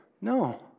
No